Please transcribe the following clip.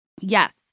Yes